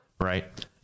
right